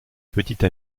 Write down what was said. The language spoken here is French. petite